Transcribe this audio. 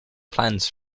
plans